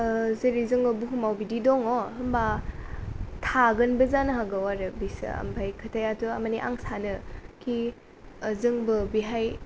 जेरै जोङो बुहुमाव बिदि दङ होनबा थागोनबो जानो हागौ आरो बेसो ओमफ्राय खोथायाथ' माने आं सानोखि जोंबो बेहाय